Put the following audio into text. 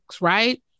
right